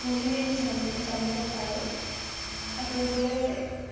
বহুখিনি আমি জানো জানিব পাৰোঁ সাঁতুৰিবলে